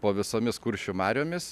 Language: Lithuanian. po visomis kuršių mariomis